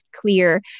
clear